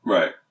Right